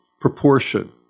proportion